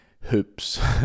hoops